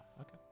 okay